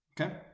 Okay